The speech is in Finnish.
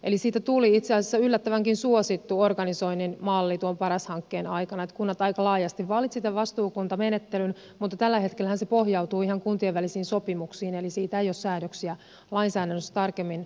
eli siitä tuli itse asiassa yllättävänkin suosittu organisoinnin malli tuon paras hankkeen aikana että kunnat aika laajasti valitsivat tämän vastuukuntamenettelyn mutta tällähän hetkellä se pohjautuu ihan kuntien välisiin sopimuksiin eli siitä ei ole säädöksiä lainsäädännössä tarkemmin olemassa